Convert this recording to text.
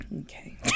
Okay